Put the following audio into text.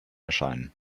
erscheinen